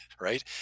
Right